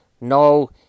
No